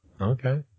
Okay